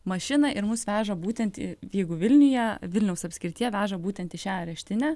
mašiną ir mus veža būtent į jeigu vilniuje vilniaus apskrityje veža būtent į šią areštinę